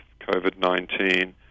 COVID-19